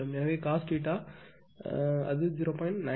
எனவே cos θ இங்கே அது 0